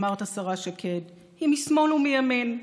אמרת, השרה שקד, היא משמאל ומימין,